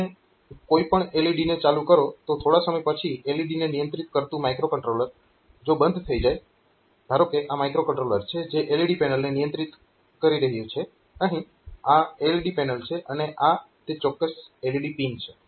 તમે કોઈ પણ LED ને ચાલુ કરો તો થોડા સમય પછી LED ને નિયંત્રિત કરતું માઇક્રોકન્ટ્રોલર જો બંધ થઈ જાય ધારો કે આ માઇક્રોકન્ટ્રોલર છે જે LED પેનલને નિયંત્રિત કરી રહ્યું છે અહીં આ LED પેનલ છે અને આ તે ચોક્કસ LED પિન છે